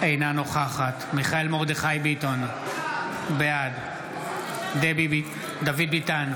אינה נוכחת מיכאל מרדכי ביטון, בעד דוד ביטן,